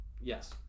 Yes